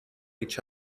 each